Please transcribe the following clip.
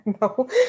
No